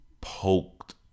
poked